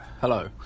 Hello